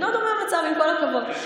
לא דומה המצב, עם כל הכבוד.